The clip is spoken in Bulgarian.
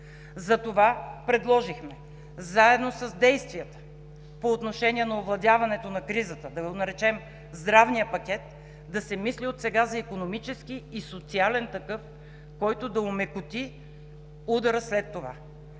Затова предложихме, заедно с действията по отношение на овладяването на кризата, да го наречем здравен пакет, да се мисли от сега за икономически и социален такъв, който да омекоти удара след това.